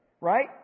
right